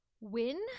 Win